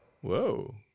Whoa